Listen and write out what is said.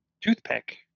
toothpick